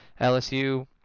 LSU